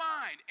mind